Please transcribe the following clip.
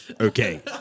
Okay